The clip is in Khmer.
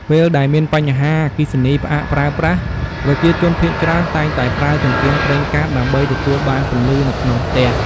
ពេលដែលមានបញ្ហាអគ្គិសនីផ្អាកប្រើប្រាស់ ប្រជាជនភាគច្រើនតែងតែប្រើចង្កៀងប្រេងកាត ដើម្បីទទួលបានពន្លឺនៅក្នុងផ្ទះ។